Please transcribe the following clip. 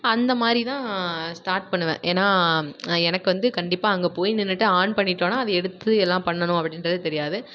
அந்த மாதிரிதான் ஸ்டாட் பண்ணுவேன் ஏனால் எனக்கு வந்து கண்டிப்பாக அங்கே போய் நின்றுட்டு ஆன் பண்ணிட்டோன்னால் அது எடுத்து எல்லாம் பண்ணணும் அப்படின்றது தெரியாது